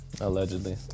Allegedly